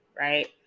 right